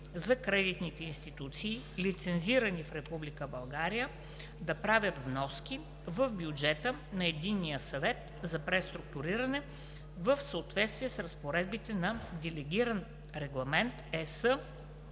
за кредитните институции, лицензирани в Република България, да правят вноски в бюджета на Единния съвет за преструктуриране в съответствие с разпоредбите на Делегиран регламент (ЕС)